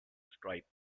stripes